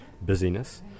busyness